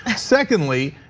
ah secondly,